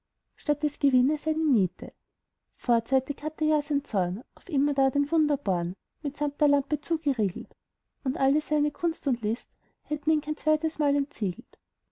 statt des gewinnes eine niete vorzeitig hatte ja sein zorn auf immerdar den wunderborn mitsamt der lampe zugeriegelt und alle seine kunst und list hätt ihn kein zweites mal entsiegelt